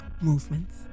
movements